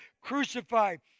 crucified